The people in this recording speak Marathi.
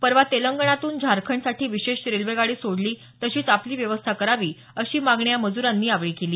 परवा तेलंगणातून झारखंडसाठी विशेष रेल्वेगाडी सोडली तशीच आपली व्यवस्था करावी अशी मागणी या मजूरांनी यावेळी केली